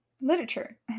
literature